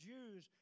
Jews